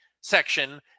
section